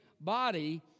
body